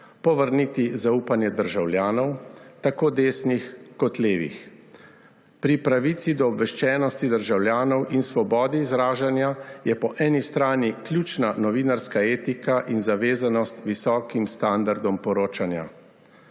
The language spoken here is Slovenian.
povrniti zaupanje državljanov, tako desnih kot levih. Pri pravici do obveščenosti državljanov in svobodi izražanja je po eni strani ključna novinarske etika in zavezanost k visokim standardom poročanja.